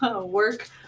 work